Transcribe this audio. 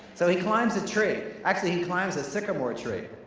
so he climbs a tree. actually, he climbs a sycamore tree.